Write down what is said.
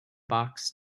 box